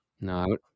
No